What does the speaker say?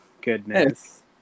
Goodness